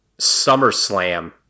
SummerSlam